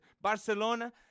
Barcelona